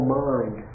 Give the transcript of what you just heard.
mind